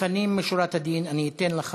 לפנים משורת הדין אני אתן לך,